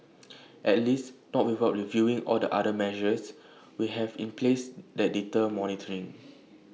at least not without reviewing all the other measures we have in place that deter motoring